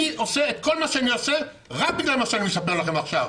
אני עושה את כל מה שאני עושה רק בגלל מה שאני מספר לכם עכשיו.